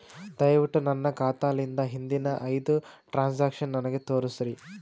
ದಯವಿಟ್ಟು ನನ್ನ ಖಾತಾಲಿಂದ ಹಿಂದಿನ ಐದ ಟ್ರಾಂಜಾಕ್ಷನ್ ನನಗ ತೋರಸ್ರಿ